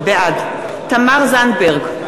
בעד תמר זנדברג,